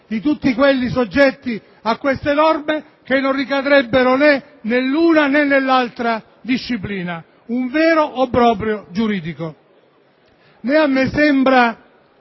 di tutti coloro che sono soggetti a queste norme che non ricadrebbero né nell'una, né nell'altra disciplina. Un vero obbrobrio giuridico.